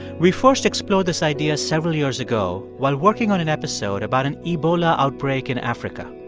we first explored this idea several years ago while working on an episode about an ebola outbreak in africa.